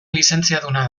lizentziaduna